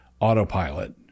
autopilot